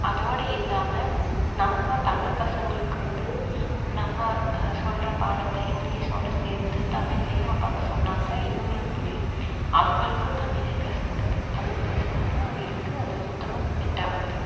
அதோடு இல்லாமல் நம்ம தமிழ் பசங்களுக்கு வந்து நம்ம சொல்லுற பாடத்தை இங்கிலீஷோடு சேர்த்து தமிழ்லையும் அப்பப்போ சொன்னால்தான் இவர்களுக்கு புரியும் அவர்களுக்கு தமிழே பேச கூடாது தமிழ் பேசினோம்னா அவிகளுக்கு அது சுத்தமாக செட் ஆகாது